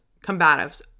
combatives